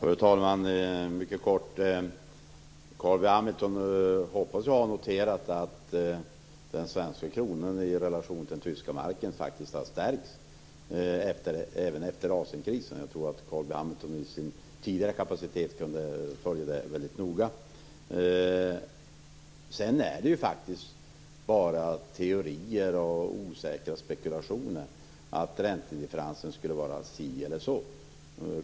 Fru talman! Jag hoppas att Carl B Hamilton har noterat att den svenska kronan faktiskt har stärkts i relation till den tyska marken - även efter Asienkrisen. Jag tror att Carl B Hamilton i sin tidigare kapacitet kunde följa det väldigt noga. Sedan är det ju faktiskt bara teorier och osäkra spekulationer att räntedifferensen skulle vara si eller så.